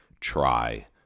try